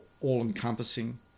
all-encompassing